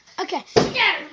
Okay